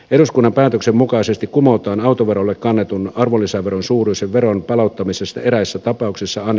eduskunnan päätöksen mukaisesti kumotaan autoverolle kannetun arvonlisäveron suuruisen veron palauttamisesta eräissä tapauksissa on